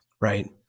Right